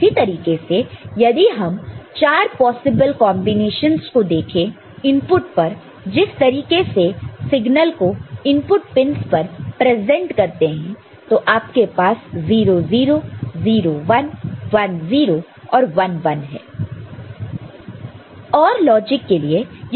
उसी तरीके से यदि हम 4 पॉसिबल कांबिनेशंस को देखें इनपुट पर जिस तरीके से सिग्नल को इनपुट पिनस पर प्रेजेंट करते हैं तो आपके पास 0 0 0 1 1 0 और 1 1 है